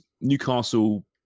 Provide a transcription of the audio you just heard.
Newcastle